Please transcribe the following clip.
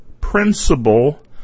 principle